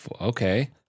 okay